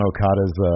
Okada's